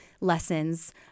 lessons